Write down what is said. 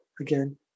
Again